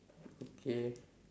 okay